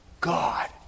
God